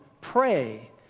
pray